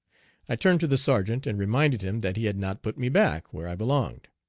i turned to the sergeant and reminded him that he had not put me-back where i belonged.